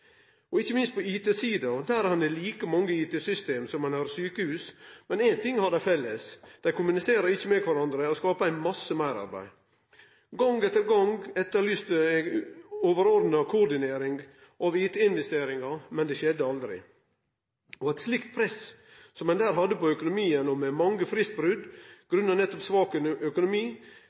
kontroll, ikkje minst på IT-sida, der ein har like mange IT-system som ein har sjukehus. Éin ting har dei felles: Dei kommuniserer ikkje med kvarandre, og dei skapar ein masse meirarbeid. Gong etter gong etterlyste eg overordna koordinering av IT-investeringar, men det skjedde aldri. Med eit slikt press som ein der hadde på økonomien, og med mange fristbrot nettopp på grunn av svak økonomi,